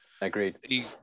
Agreed